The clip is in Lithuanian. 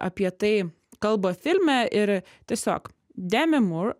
apie tai kalba filme ir tiesiog demi mur